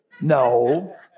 No